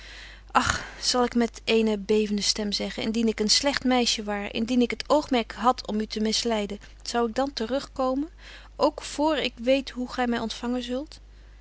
ach zal ik met eene bevende stem zeggen indien ik een slegt meisje waar indien ik het oogmerk had om u te misleiden zou ik dan te rug komen ook vr ik weet hoe gy my ontfangen zult